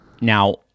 Now